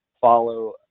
follow